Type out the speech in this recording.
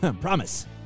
Promise